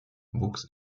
wuchs